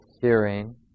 hearing